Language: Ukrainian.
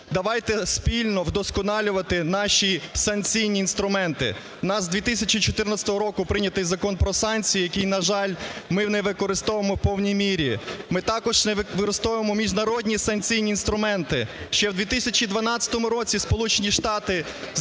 давайте спільно вдосконалювати наші санкційні інструменти. У нас з 2014 року прийнятий Закон "Про санкції", який, на жаль, ми не використовуємо в повній мірі. Ми також не використовуємо міжнародні санкційні інструменти. Ще в 2012 році Сполучені Штати затвердили